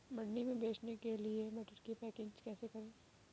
मंडी में बेचने के लिए मटर की पैकेजिंग कैसे करें?